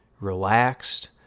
relaxed